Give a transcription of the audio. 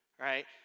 right